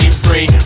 free